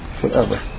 forever